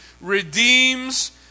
redeems